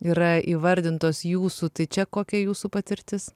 yra įvardintos jūsų tai čia kokia jūsų patirtis